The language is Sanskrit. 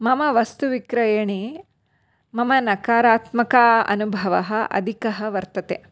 मम वस्तुविक्रयणे मम नकारात्मक अनुभवः अधिकः वर्तते